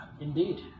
Indeed